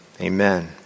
Amen